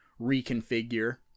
reconfigure